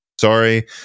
sorry